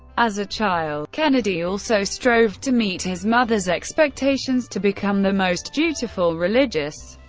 as a child, kennedy also strove to meet his mother's expectations to become the most dutiful, religious,